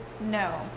no